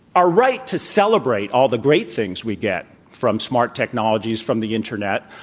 are right to celebrate all the great things we get from smart technologies, from the internet.